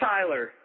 Tyler